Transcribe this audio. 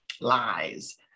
lies